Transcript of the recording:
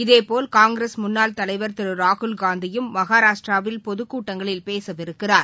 இதேபோல் காங்கிரஸ் முன்னாள் தலைவர் திருராகுல்காந்தியும் மகாராஷ்டிராவில் பொதுக்கூட்டங்களில் பேசவிருக்கிறார்